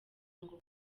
ngo